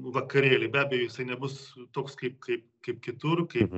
vakarėlį be abejo jisai nebus toks kaip kaip kaip kitur kaip